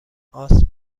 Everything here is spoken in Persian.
آسم